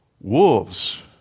Wolves